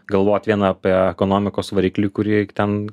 galvot vien apie ekonomikos variklį kurį ten ne kai kuriose valstybėse